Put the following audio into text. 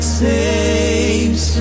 saves